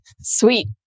sweet